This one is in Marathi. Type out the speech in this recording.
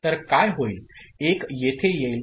तर काय होईल 1 येथे येईल